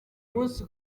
munsi